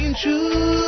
true